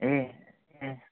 ए ए